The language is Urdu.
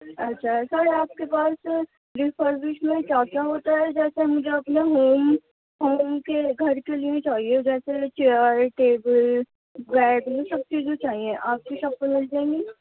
اچھا سر آپ کے پاس ری فربشڈ میں کیا کیا ہوتا ہے جیسے مجھے اپنا ہوم ہوم کے گھر کے لیے ہی چاہیے جیسے چیر ٹیبل بیڈ یہ سب چیزیں چاہئیں آپ کی شاپ پر مل جائیں گی